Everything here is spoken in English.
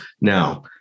now